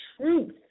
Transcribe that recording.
truth